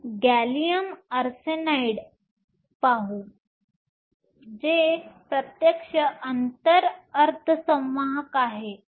आपण gallium arsenide पाहू जे प्रत्यक्ष अंतर अर्धसंवाहक आहे